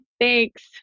thanks